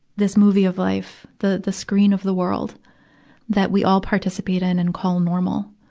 this movie of life, the, the screen of the world that we all participate in and call normal,